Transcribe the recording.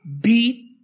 beat